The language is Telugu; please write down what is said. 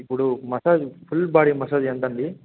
ఇప్పుడు మసాజ్ ఫుల్ బాడీ మసాజ్ ఎంతండీ